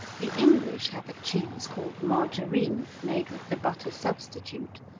the english have a cheese called margarine, made with the butter substitute.